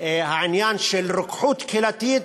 העניין של רוקחות קהילתית,